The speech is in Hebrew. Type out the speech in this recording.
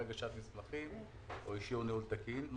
הגשת מסמכים או אישור ניהול תקין.